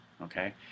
okay